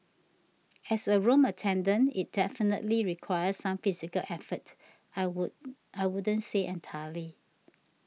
as a room attendant it definitely requires some physical effort I would I wouldn't say entirely